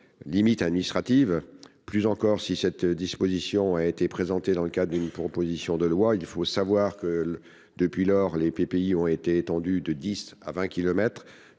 limites administratives. Plus encore, si cette disposition a été présentée dans le cadre d'une proposition de loi, je rappelle que, depuis lors, les PPI ont été étendus de dix à vingt kilomètres,